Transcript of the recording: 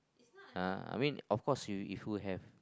uh I mean of course you if could have